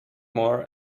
more